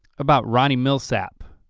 about ronnie milsap.